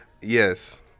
Yes